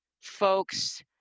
folks